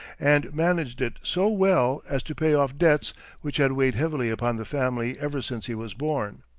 and managed it so well as to pay off debts which had weighed heavily upon the family ever since he was born.